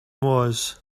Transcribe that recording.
was